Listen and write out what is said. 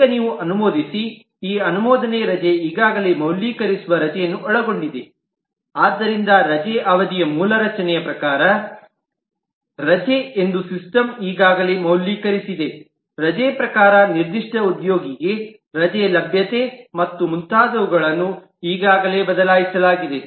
ಈಗ ನೀವು ಅನುಮೋದಿಸಿ ಈ ಅನುಮೋದನೆ ರಜೆ ಈಗಾಗಲೇ ಮೌಲ್ಯೀಕರಿಸುವ ರಜೆಯನ್ನು ಒಳಗೊಂಡಿದೆಆದ್ದರಿಂದ ರಜೆ ಅವಧಿಯ ಮೂಲ ರಚನೆಯ ಪ್ರಕಾರ ರಜೆ ಎಂದು ಸಿಸ್ಟಮ್ ಈಗಾಗಲೇ ಮೌಲ್ಯೀಕರಿಸಿದೆರಜೆ ಪ್ರಕಾರ ನಿರ್ದಿಷ್ಟ ಉದ್ಯೋಗಿಗೆ ರಜೆ ಲಭ್ಯತೆ ಮತ್ತು ಮುಂತಾದವುಗಳನ್ನು ಈಗಾಗಲೇ ಬದಲಾಯಿಸಲಾಗಿದೆ